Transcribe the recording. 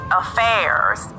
affairs